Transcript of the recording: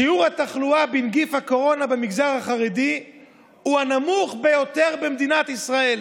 שיעור התחלואה בנגיף הקורונה במגזר החרדי הוא הנמוך ביותר במדינת ישראל.